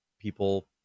people